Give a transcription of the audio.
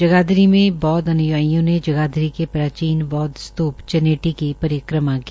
जगाधरी में बौद्व अन्यायियों ने जगाधरी के बौदव स्त्रप चनेटी की परिकर्मा की